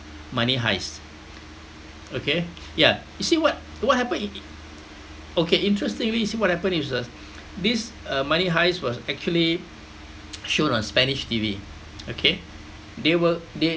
money heist okay ya you see what what happen i~ i~ okay interestingly you see what happen is the this uh money heist was actually shown on spanish T_V okay they were they